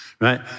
right